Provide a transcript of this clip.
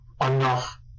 enough